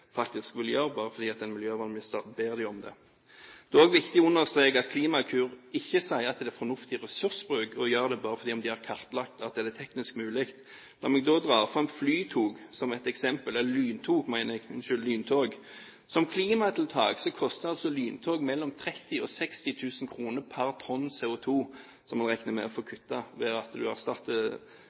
faktisk vil gjøre bare fordi en miljøvernminister ber dem om det. Det er også viktig å understreke at Klimakur ikke sier at det er fornuftig ressursbruk å gjøre det bare fordi de har kartlagt at det er teknisk mulig. La meg trekke fram lyntog som et eksempel. Som klimatiltak koster altså lyntog mellom 30 000–60 000 kr pr. tonn CO2, som vi må regne med å få kuttet ved å erstatte